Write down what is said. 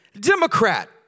Democrat